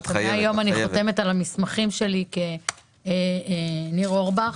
מהיום אני חותמת על המסמכים שלי כניר אורבך,